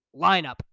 lineup